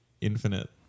infinite